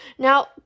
Now